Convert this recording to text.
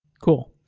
cool.